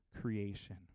creation